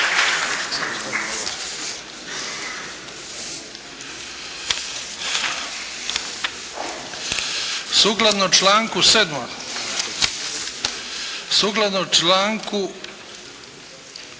Sukladno članku 7., sukladno članku 7.